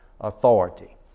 authority